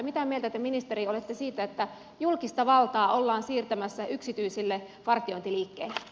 mitä mieltä te ministeri olette siitä että julkista valtaa ollaan siirtämässä yksityisille vartiointiliikkeille